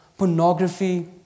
Pornography